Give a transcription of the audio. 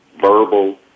Verbal